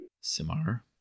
Simar